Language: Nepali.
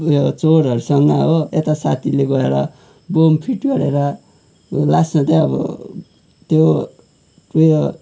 उयो चोरहरूसँग हो यता साथीले गएर बम्ब फिट गरेर लास्टमा चाहिँ अब त्यो उयो